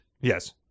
Yes